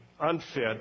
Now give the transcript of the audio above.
unfit